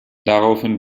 daraufhin